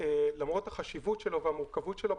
למרות החשיבות שלו והמורכבות שלו,